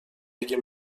اگر